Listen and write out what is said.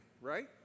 right